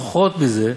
פחות מזה,